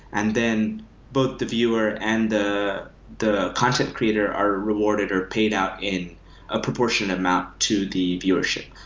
and then both the viewer and the the content creator are rewarded or paid out in a proportionate amount to the viewership.